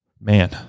man